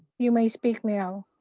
you may speak now.